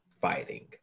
fighting